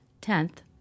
Tenth